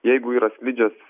jeigu yra slidžios